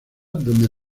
donde